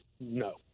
no